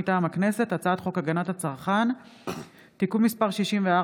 מטעם הכנסת: הצעת חוק הגנת הצרכן (תיקון מס' 64,